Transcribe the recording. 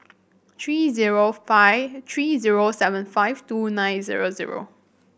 three zero five three zero seven five two nine zero zero